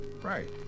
Right